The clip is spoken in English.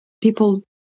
people